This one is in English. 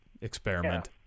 Experiment